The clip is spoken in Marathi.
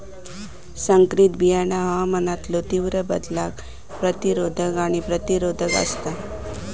संकरित बियाणा हवामानातलो तीव्र बदलांका प्रतिरोधक आणि रोग प्रतिरोधक आसात